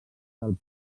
del